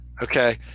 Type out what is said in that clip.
Okay